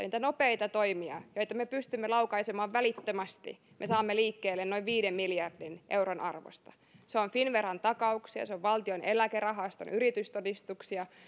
niitä nopeita toimia joita me pystymme laukaisemaan välittömästi me saamme liikkeelle noin viiden miljardin euron arvosta se on finnveran takauksia se on valtion eläkerahaston yritystodistuksia